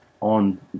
on